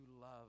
love